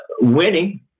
winning